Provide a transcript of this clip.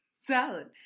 salad